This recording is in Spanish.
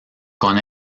con